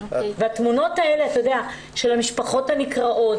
התמונות של המשפחות הנקרעות,